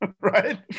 Right